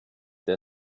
der